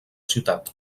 ciutat